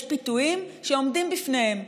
יש פיתויים שעומדים בפניהם.